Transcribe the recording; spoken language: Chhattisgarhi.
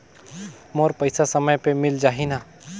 मोर पइसा समय पे मिल जाही न?